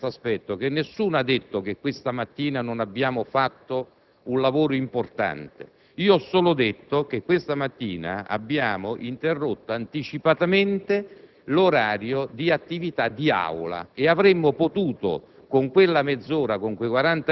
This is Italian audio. Volevo solo rimarcare che nessuno ha affermato che questa mattina non abbiamo fatto un lavoro importante: io ho solo detto che questa mattina abbiamo interrotto anticipatamente l’orario di attivita` di Aula e che avremmo potuto,